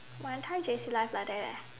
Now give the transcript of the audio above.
my entire J_C life like that eh